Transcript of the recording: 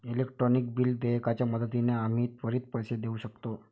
electronic bill देयकाच्या मदतीने आम्ही त्वरित पैसे देऊ शकतो